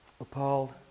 appalled